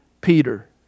Peter